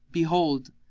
behold,